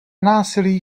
násilí